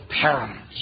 Parents